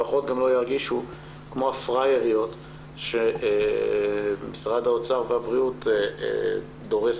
לפחות שלא ירגישו כפראייריות שמשרד הבריאות והאוצר דורס